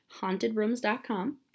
hauntedrooms.com